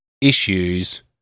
issues